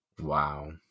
Wow